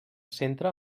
centre